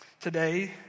Today